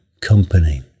company